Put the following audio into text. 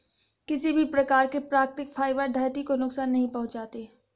किसी भी प्रकार के प्राकृतिक फ़ाइबर धरती को नुकसान नहीं पहुंचाते